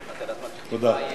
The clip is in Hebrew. תודה.